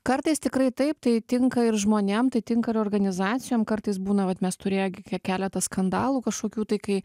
kartais tikrai taip tai tinka ir žmonėm tai tinka ir organizacijom kartais būna vat mes turėję gi keletą skandalų kažkokių tai kai